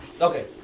Okay